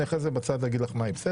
אני אחרי זה בצד אגיד לך מהי, בסדר?